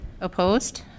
opposed